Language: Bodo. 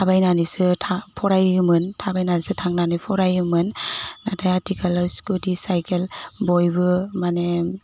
थाबायनानैसो फरायहोयोमोन थाबायनासो थांनानै फरायोमोन नाथाय आथिखालाव स्कुटि साइकेल बयबो माने